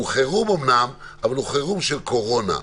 הוא חירום אמנם אבל הוא חירום של קורונה.